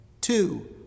Two